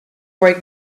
break